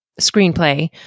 screenplay